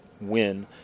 win